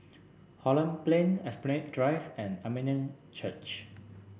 Holland Plain Esplanade Drive and Armenian Church